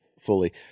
fully